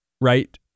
right